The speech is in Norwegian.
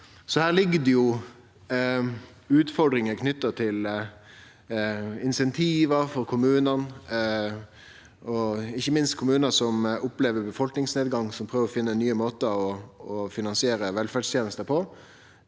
ut. Her ligg det utfordringar knytt til insentiv for kommunane, ikkje minst kommunar som opplever befolkningsnedgang, og som prøver å finne nye måtar å finansiere velferdstenestene på.